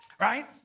Right